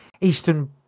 Eastern